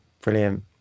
brilliant